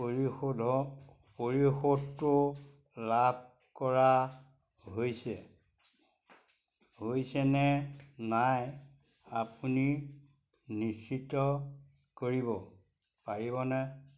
পৰিশোধক পৰিশোধটো লাভ কৰা হৈছে হৈছেনে নাই আপুনি নিশ্চিত কৰিব পাৰিবনে